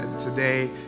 today